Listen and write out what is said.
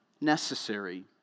necessary